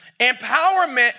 Empowerment